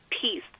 peace